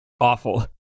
awful